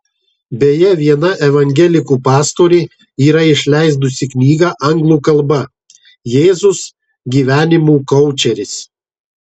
beje viena evangelikų pastorė yra išleidusi knygą anglų kalba jėzus gyvenimo koučeris